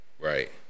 Right